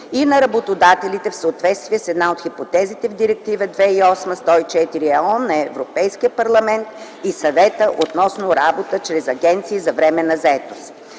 и на работодателите в съответствие с една от хипотезите в Директива 2008/104 ЕО на Европейския парламент и Съвета относно работа чрез агенции за временна заетост.